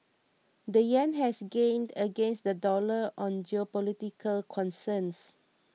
the yen has gained against the dollar on geopolitical concerns